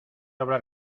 hablar